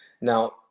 now